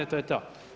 To je to.